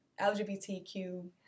lgbtq